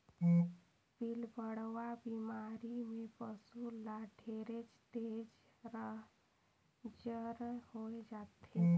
पिलबढ़वा बेमारी में पसु ल ढेरेच तेज जर होय जाथे